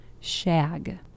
shag